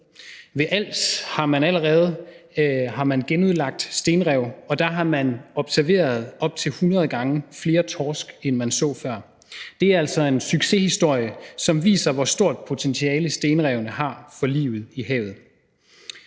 Ved Als har man genudlagt stenrev, og der har man observeret op til 100 gange flere torsk, end man så før. Det er altså en succeshistorie, som viser, hvor stort et potentiale stenrevene har for livet i havet.